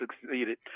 succeeded